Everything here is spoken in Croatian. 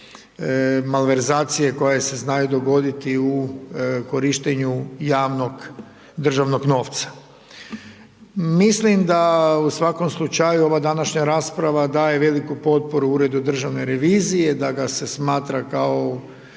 malverzacije koje se znaju dogoditi u korištenju javnog državnog novca. Mislim da u svako slučaju ova današnja rasprava daje veliku potporu Uredu državne revizije, da ga se smatra kao